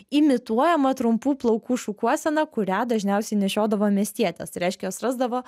imituojamą trumpų plaukų šukuoseną kurią dažniausiai nešiodavo miestietės tai reiškia jos rasdavo